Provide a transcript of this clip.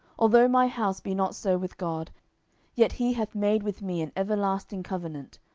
although my house be not so with god yet he hath made with me an everlasting covenant,